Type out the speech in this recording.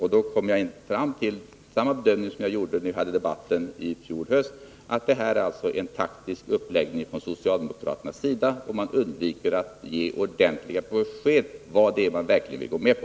Jag kommer nu fram tillsamma bedömning som den jag gjorde i fjol höst, då vi också förde den här debatten, att detta är en taktisk uppläggning från socialdemokraternas sida och att man undviker att ge ordentliga besked om vad det är man verkligen vill gå med på.